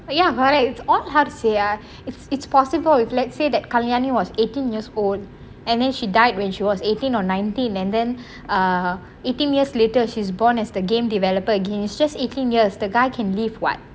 ya correct or how to say ah it's it's possible if let's say that kalyaani was eighteen yars old and then she died when she was eighteen or nineteen and then uh eighteen yars later she's born as the game developer again just eighteen yars the guy can live what